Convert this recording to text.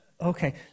Okay